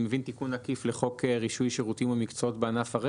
אני מבין תיקון עקיף לחוק רישוי שירותים ומקצועות בענף,